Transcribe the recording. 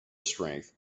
strength